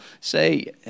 Say